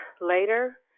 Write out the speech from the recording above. later